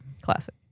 Classic